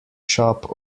shop